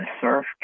surf